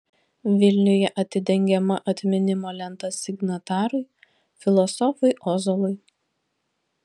vilniuje atidengiama atminimo lenta signatarui filosofui ozolui